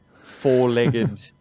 four-legged